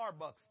Starbucks